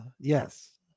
Yes